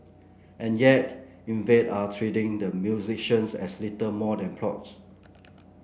and yet Invade are treating the musicians as little more than props